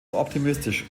optimistisch